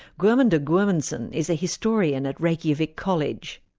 gudmundur gudmundsson is a historian at reykjavik college.